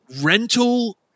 rental